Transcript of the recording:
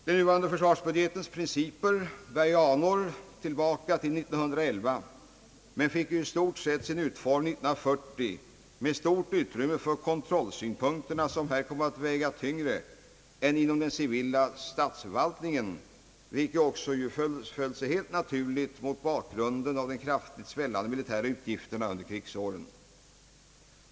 Den nuvarande = försvarsbudgetens principer bär anor från 1911, men den fick i stort sin nuvarande utformning 1940 med stort utrymme för kontrollsynpunkterna som här kom att väga tyngre än inom den civila statsförvaltningen, vilket föll sig helt naturligt mot bakgrunden av de kraftigt svällande militära utgifterna under krigsåren.